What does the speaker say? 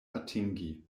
atingi